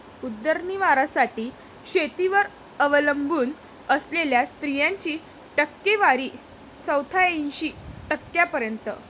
उदरनिर्वाहासाठी शेतीवर अवलंबून असलेल्या स्त्रियांची टक्केवारी चौऱ्याऐंशी टक्क्यांपर्यंत